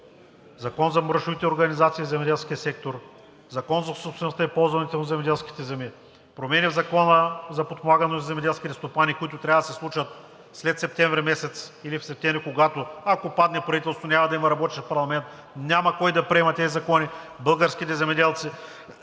Закон за браншовите организации в земеделския сектор, Закон за собствеността и ползването на земеделските земи, промени в Закона за подпомагане на земеделските стопани, които трябва да се случат след септември месец, или в септември, когато, ако падне правителството, няма да има работещ парламент, няма кой да приема тези закони, българските земеделци